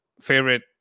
favorite